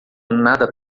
nada